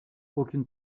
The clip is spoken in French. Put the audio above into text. aucune